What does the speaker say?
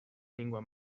lingua